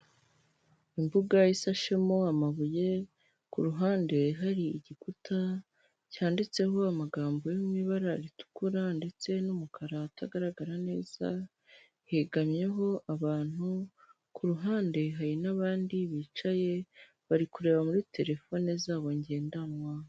Imbuga isahemo amabuye ku ruhande hari igikuta cyanditseho amagambo yo mu ibara ritukura ndetse n'umukara atagaragara neza, hegamyeho abantu ku ruhande hari n'abandi bicaye bari kureba muri telefone zabo ngendanwa.